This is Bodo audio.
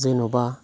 जेनेबा